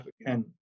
again